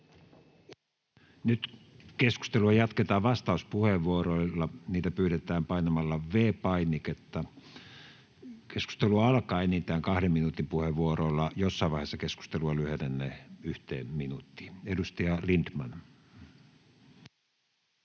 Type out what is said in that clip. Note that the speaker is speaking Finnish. Nyt keskustelua jatketaan vastauspuheenvuoroilla. Niitä pyydetään painamalla V-painiketta. Keskustelu alkaa enintään 2 minuutin puheenvuoroilla, jossain vaiheessa keskustelua lyhennetään 1 minuuttiin. — Edustaja Lindtman.